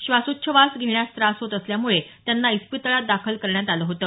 श्वासोच्छवास घेण्यास त्रास होत असल्यामुळे त्यांना इस्पितळात दाखल करण्यात आलं होतं